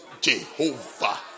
Jehovah